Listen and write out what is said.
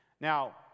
Now